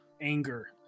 anger